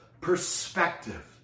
perspective